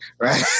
right